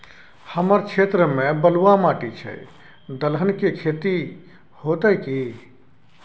हमर क्षेत्र में बलुआ माटी छै, दलहन के खेती होतै कि?